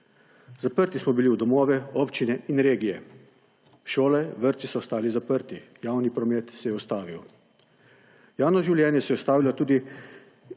Zaprti smo bili v domove, občine in regije. Šole, vrtci so ostali zaprti, javni promet se je ustavil. Javno življenje se je ustavilo in